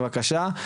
בבקשה,